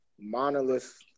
monolith